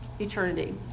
eternity